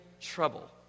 trouble